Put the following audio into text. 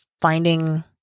finding